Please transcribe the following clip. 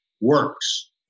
works